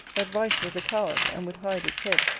that vice was a coward, and would hide its head,